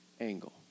angle